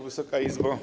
Wysoka Izbo!